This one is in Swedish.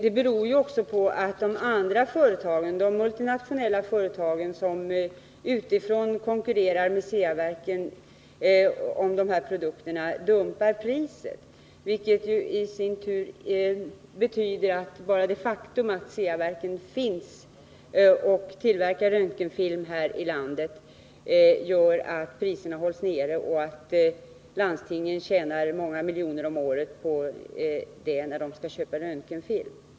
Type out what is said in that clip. Ett skäl till det kan vara att de andra företagen — de multinationella företag som utifrån konkurrerar med Ceaverken om produkterna — dumpar priserna, vilket i sin tur betyder att bara det faktum att Ceaverken finns och tillverkar röntgenfilm här i landet leder till att priserna hålls nere och att landstingen tjänar många miljoner om året på det när de skall köpa röntgenfilm.